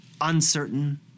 uncertain